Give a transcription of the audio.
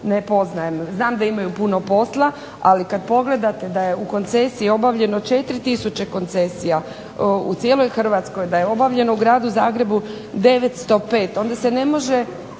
znam da imaju puno posla, ali kad pogledate da je u koncesiji obavljeno 4000 koncesija u cijeloj Hrvatskoj, da je obavljeno u Gradu Zagrebu 905, onda se ne može